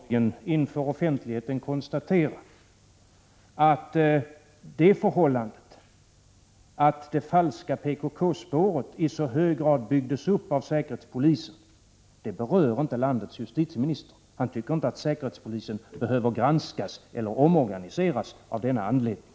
Herr talman! Då kan vi uppenbarligen inför offentligheten konstatera att det förhållandet att det falska PKK-spåret i så hög grad byggdes upp av säkerhetspolisen inte berör landets justitieminister. Han tycker inte att säkerhetspolisen behöver granskas eller omorganiseras av denna anledning.